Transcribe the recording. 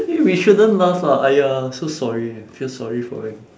eh we shouldn't laugh lah !aiya! so sorry eh I feel sorry for him